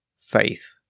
Faith